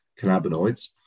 cannabinoids